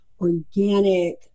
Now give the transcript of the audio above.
organic